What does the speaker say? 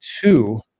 two